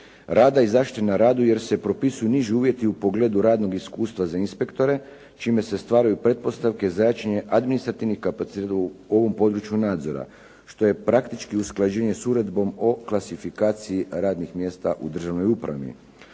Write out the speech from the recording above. rada i zaštite na radu, jer se propisuju niži uvjeti u pogledu radnog iskustva za inspektore čime se stvaraju pretpostavke za jačanje administrativnih kapaciteta u ovom području nadzora što je praktički usklađenje s Uredbom o klasifikaciji radnih mjesta u državnoj upravi,